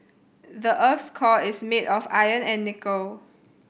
the earth's core is made of iron and nickel